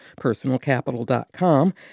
personalcapital.com